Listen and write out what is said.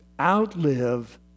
outlive